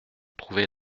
trouver